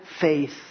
faith